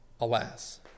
alas